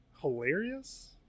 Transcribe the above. hilarious